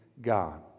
God